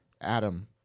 Adam